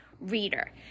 reader